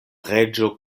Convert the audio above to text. reĝo